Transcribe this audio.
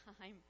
time